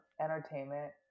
entertainment